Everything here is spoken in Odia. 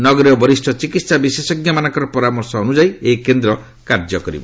ନଗରୀର ବରିଷ୍ଣ ଚିକିତ୍ସା ବିଶେଷଜ୍ଞମାନଙ୍କର ପରାମର୍ଶ ଅନୁଯାୟୀ ଏହି କେନ୍ଦ୍ର କାର୍ଯ୍ୟ କରିବ